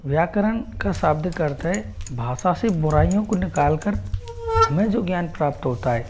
व्याकरण का शब्द का अर्थ है भाषा से बुराइयों को निकाल कर हमें जो ज्ञान प्राप्त होता है